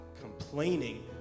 complaining